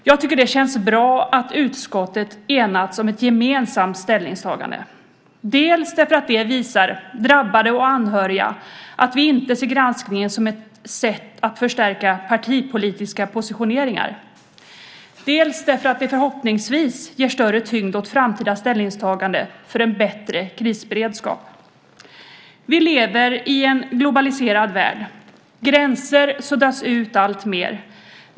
Jag tycker att det känns bra att utskottet enats om ett gemensamt ställningstagande, dels därför att det visar drabbade och anhöriga att vi inte ser granskningen som ett sätt att förstärka partipolitiska positioneringar, dels därför att det förhoppningsvis ger större tyngd åt framtida ställningstaganden för en bättre krisberedskap. Vi lever i en globaliserad värld. Gränser suddas ut alltmer.